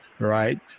Right